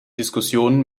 diskussionen